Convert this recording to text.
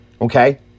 Okay